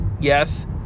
Yes